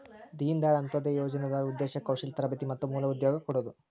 ದೇನ ದಾಯಾಳ್ ಅಂತ್ಯೊದಯ ಯೋಜನಾದ್ ಉದ್ದೇಶ ಕೌಶಲ್ಯ ತರಬೇತಿ ಮತ್ತ ಮೂಲ ಉದ್ಯೋಗ ಕೊಡೋದು